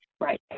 Right